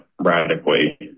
radically